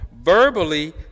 verbally